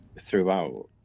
throughout